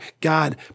God